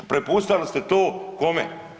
Prepustili ste to kome?